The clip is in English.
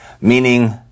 meaning